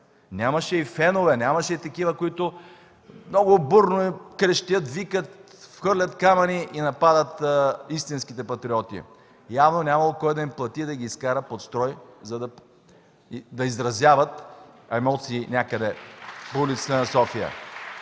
Нямаше и фенове, нямаше такива, които много бурно крещят, викат, хвърлят камъни и нападат истинските патриоти. Явно е нямало кой да им плати и да ги изкара под строй, за да изразяват емоции някъде по улиците на София.